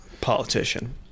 politician